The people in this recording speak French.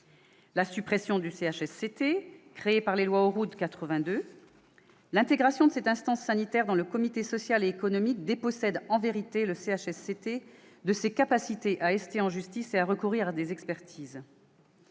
la suppression du CHSCT, créé par les lois Auroux de 1982, l'intégration de cette instance sanitaire dans le comité social et économique la dépossédant, en vérité, de sa capacité à ester en justice et à recourir à des expertises.